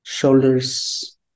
Shoulders